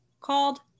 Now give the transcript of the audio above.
called